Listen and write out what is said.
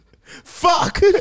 Fuck